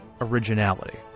originality